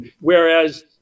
Whereas